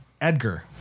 Edgar